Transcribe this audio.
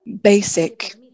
basic